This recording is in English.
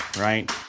right